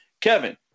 Kevin